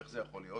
איך זה יכול להיות?